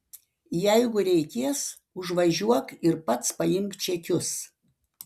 jeigu reikės užvažiuok ir pats paimk čekius